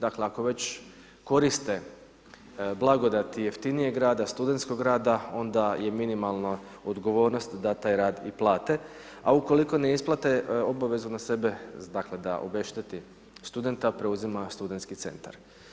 Dakle, ako već koriste blagodati jeftinijeg rada, studentskog rada, onda je minimalno, odgovornost da taj rad i plate, a ukoliko ne isplate, obavezu na sebe, dakle da obešteti studenta, preuzima studentski centar.